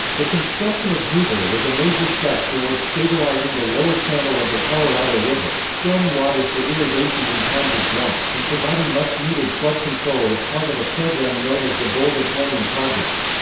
the construction of hoover was a major step towards stabilizing the lower channel of the colorado river, storing water for irrigation in times of drought, and providing much-needed flood control as part of a program known as the boulder canyon project.